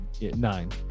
nine